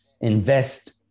invest